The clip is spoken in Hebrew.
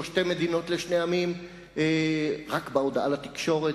או "שתי מדינות לשני עמים" רק בהודעה לתקשורת,